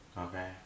Okay